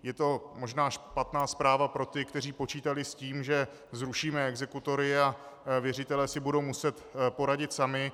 Je to možná špatná zpráva pro ty, kteří počítali s tím, že zrušíme exekutory a věřitelé si budou muset poradit sami.